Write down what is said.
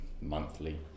monthly